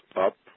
up